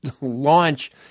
launch